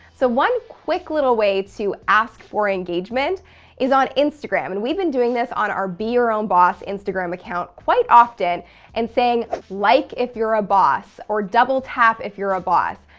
so one quick little way to ask for engagement is on instagram. and we've been doing this on our be your own boss instagram account quite often often and saying, like if you're a boss, or, double tap if you're a boss.